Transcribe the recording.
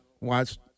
watch